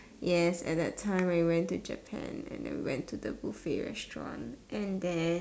yes at that time when we went to Japan and then we went to the buffet restaurant and then